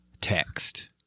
text